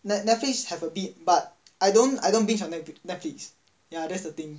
net~ net~ Netflix have a bit but I don't I don't binge on Netlix ya that's the thing